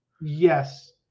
Yes